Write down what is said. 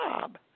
job